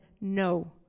no